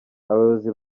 abayobozi